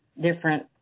different